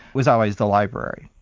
was always the library.